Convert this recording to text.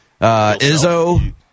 Izzo